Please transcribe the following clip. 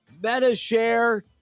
MetaShare